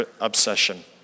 obsession